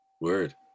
Word